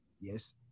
Yes